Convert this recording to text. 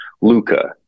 Luca